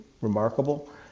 remarkable